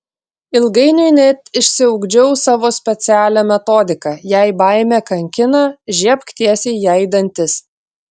ilgainiui net išsiugdžiau savo specialią metodiką jei baimė kankina žiebk tiesiai jai į dantis